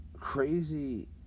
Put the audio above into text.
crazy